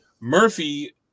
Murphy